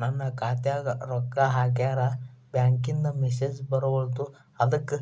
ನನ್ ಖಾತ್ಯಾಗ ರೊಕ್ಕಾ ಹಾಕ್ಯಾರ ಬ್ಯಾಂಕಿಂದ ಮೆಸೇಜ್ ಬರವಲ್ದು ಅದ್ಕ